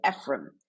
Ephraim